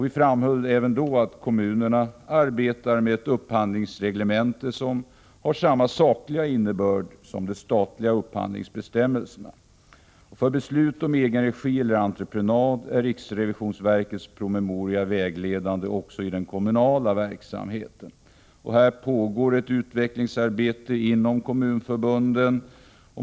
Vi framhöll även då att kommunerna arbetar med ett upphandlingsreglemente som har samma sakliga innebörd som de statliga upphandlingsbestämmelserna. För beslut om egen regi eller entreprenad är riksrevisionsverkets promemoria vägledande också i den kommunala verksamheten. Här pågår ett utvecklingsarbete inom kommunförbunden.